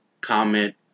comment